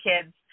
kids